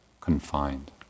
confined